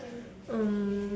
um